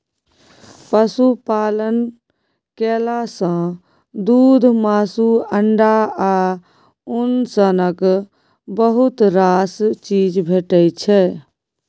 पशुपालन केला सँ दुध, मासु, अंडा आ उन सनक बहुत रास चीज भेटै छै